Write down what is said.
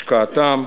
השקעתם,